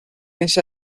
ese